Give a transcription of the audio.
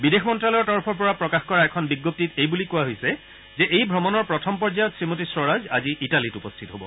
বিদেশ মন্ত্যালয়ৰ তৰফৰ পৰা জাৰি কৰা এখন বিজপ্তিত এই বুলি কোৱা হৈছে যে এই ভ্ৰমণৰ প্ৰথম পৰ্যায়ত শ্ৰীমতী স্বৰাজ আজি ইটালীত উপস্থিত হ'ব